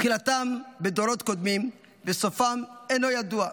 תחילתם בדורות קודמים וסופם אינו ידוע,